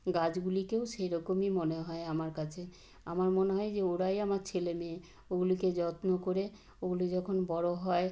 গাছগুলিকেও সেরকমই মনে হয় আমার কাছে আমার মনে হয় যে ওরাই আমার ছেলেমেয়ে ওগুলিকে যত্ন করে ওগুলি যখন বড় হয়